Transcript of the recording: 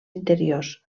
interiors